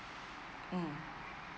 um